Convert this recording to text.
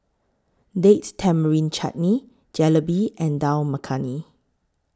Date Tamarind Chutney Jalebi and Dal Makhani